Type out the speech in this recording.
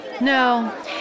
No